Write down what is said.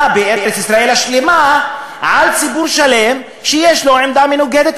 בארץ-ישראל השלמה על ציבור שלם שיש לו עמדה מנוגדת,